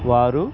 వారు